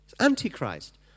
Antichrist